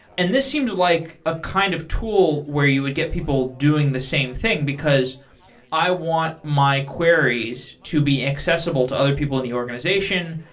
and this seems like a kind of tool where you would get people doing the same thing, because i want my queries to be accessible to other people in the organization.